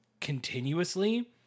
continuously